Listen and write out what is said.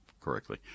correctly